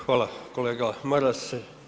Hvala kolega Maras.